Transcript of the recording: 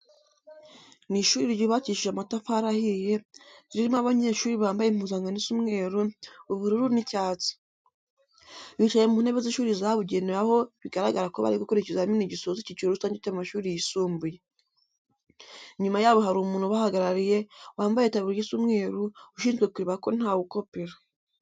Ni ishuri ryubakishije amatafari ahiye, ririmo abanyeshuri bambaye impuzankano isa umweru, ubururu n'icyatsi. Bicaye mu ntebe z'ishuri zabugenewe aho bigaragara ko bari gukora ikizamini gizoza icyiciro rusange cy'amashuri yisumbuye. Inyuma yabo hari umwarimu ubahagarariye wambaye itaburiya isa umweru ushinzwe kureba ko ntawe ukopera.